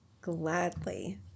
gladly